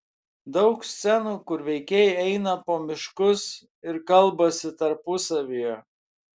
daug scenų kur veikėjai eina po miškus ir kalbasi tarpusavyje